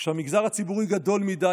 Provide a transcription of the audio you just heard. כשהמגזר הציבורי גדול מדי,